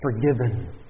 forgiven